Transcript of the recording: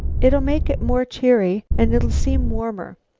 it'll make it more cheery and it'll seem warmer.